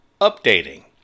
updating